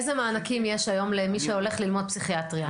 איזה מענקים יש היום למי שהולך ללמוד פסיכיאטריה?